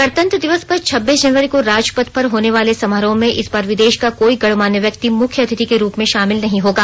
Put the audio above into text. गणतंत्र दिवस पर छब्बीस जनवरी को राजपथ पर होने वाले समारोह में इस बार विदेश का कोई गणमान्य व्यक्ति मुख्य अतिथि के रूप में शामिल नहीं होगा